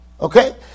Okay